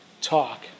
talk